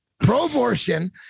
pro-abortion